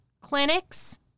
clinics